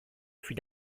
fut